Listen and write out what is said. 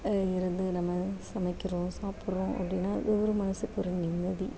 இதுலந்து நம்ம சமைக்கிறோம் சாப்பிட்றோம் அப்படின்னா அது ஒரு மனசுக்கு ஒரு நிம்மதி